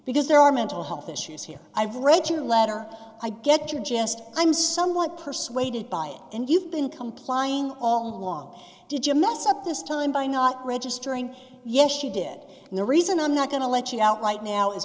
because there are mental health issues here i've read your letter i get you're just i'm somewhat persuaded by it and you've been complying all along did you mess up this time by not registering yes you did no reason i'm not going to let you out light now is